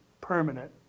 permanent